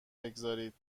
بگذارید